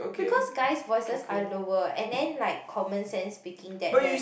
because guys voices are lower and then like common sense speaking that the